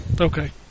Okay